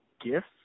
gifts